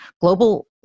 Global